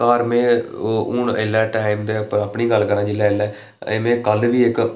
घर में हून एल्लै में अपनी गल्ल करां ऐल्लै जेल्लै अजें में कल्ल बी इक